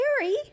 Harry